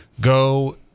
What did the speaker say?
go